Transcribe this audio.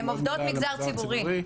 הן עובדות מגזר ציבורי.